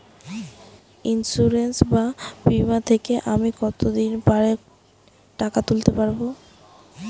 Insurance বা বিমা থেকে আমি কত দিন পরে টাকা তুলতে পারব?